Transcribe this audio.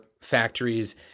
factories